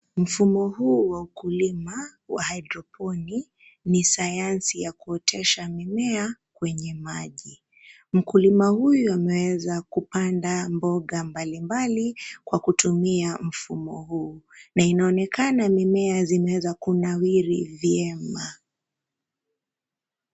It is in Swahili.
Mfumo huu wa ukulima wa haidroponi ni sayansi ya kuotesha mimea kwenye maji. Mkulima huyu ameweza kupanda mboga mbalimbali kwa kutumia mfumo huu na inaonekana mimea zimeweza kunawiri vyema.